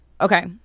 okay